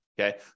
Okay